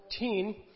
14